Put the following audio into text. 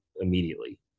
immediately